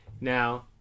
now